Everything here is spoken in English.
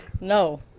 No